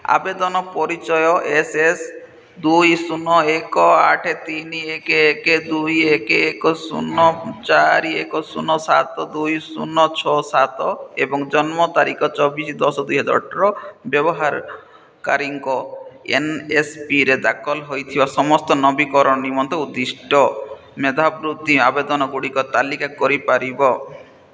ଆବେଦନ ପରିଚୟ S S ଦୁଇ ଶୂନ ଏକ ଆଠ ତିନି ଏକ ଏକ ଦୁଇ ଏକ ଏକ ଶୂନ ଚାରି ଏକ ଶୂନ ସାତ ଦୁଇ ଶୂନ ଛଅ ସାତ ଏବଂ ଜନ୍ମ ତାରିଖ ଚବିଶ ଦଶ ଦୁଇହଜାର ଅଠର ବ୍ୟବହାରକାରୀଙ୍କ ଏନ୍ଏସ୍ପିରେ ଦାଖଲ ହୋଇଥିବା ସମସ୍ତ ନବୀକରଣ ନିମନ୍ତେ ଉଦ୍ଦିଷ୍ଟ ମେଧାବୃତ୍ତି ଆବେଦନଗୁଡ଼ିକର ତାଲିକା କରିପାରିବ